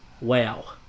Wow